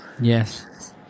yes